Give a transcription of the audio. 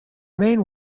main